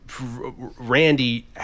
Randy